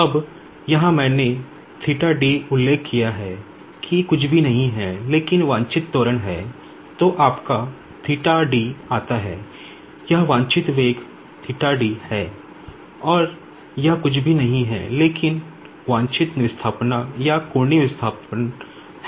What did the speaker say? अब यहाँ मैंने उल्लेख किया है कि कुछ भी नहीं है लेकिन डिजायर्ड एक्सलेशन है तो आपका आता है यह डिजायर्ड वेलोसिटी है और यह कुछ भी नहीं है लेकिन डिजायर्ड डिस्प्लेसमेंट है